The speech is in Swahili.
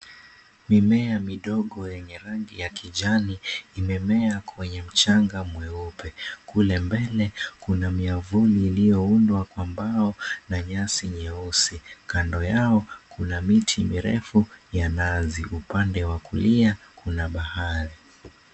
Mimea midogo yenye rangi ya kijani, imemea kwenye mchanga mweupe. Kule mbele, kuna miavuli iliyoundwa kwa mbao na nyasi nyeusi. Kando yao, kuna miti mirefu ya nazi. Upande wa kulia, kuna bahari.